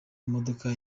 imodoka